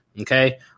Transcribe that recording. Okay